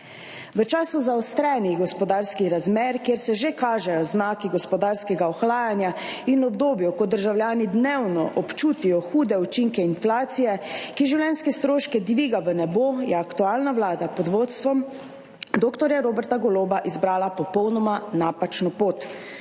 V času zaostrenih gospodarskih razmer, kjer se že kažejo znaki gospodarskega ohlajanja, in v obdobju, ko državljani dnevno občutijo hude učinke inflacije, ki življenjske stroške dviga v nebo, je aktualna vlada pod vodstvom dr. Roberta Goloba izbrala popolnoma napačno pot,